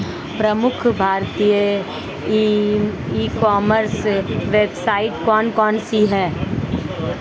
प्रमुख भारतीय e commerce website कौन कौन सी हैं?